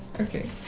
Okay